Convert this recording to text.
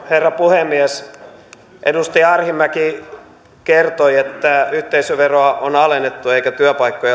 herra puhemies edustaja arhinmäki kertoi että yhteisöveroa on alennettu eikä työpaikkoja